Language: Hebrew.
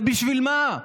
ובשביל מה,